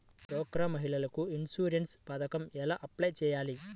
డ్వాక్రా మహిళలకు ఇన్సూరెన్స్ పథకం ఎలా అప్లై చెయ్యాలి?